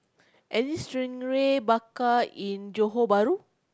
any stingray bakar in Johor-Bahru